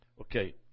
Okay